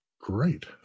Great